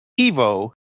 Evo